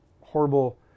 horrible